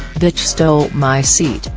bitch stole my seat,